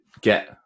get